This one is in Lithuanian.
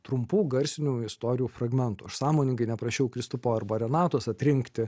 trumpų garsinių istorijų fragmentų aš sąmoningai neprašiau kristupo arba renatos atrinkti